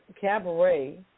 Cabaret